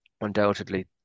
Undoubtedly